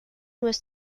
was